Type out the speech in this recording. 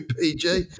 PG